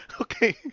Okay